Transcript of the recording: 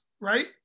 right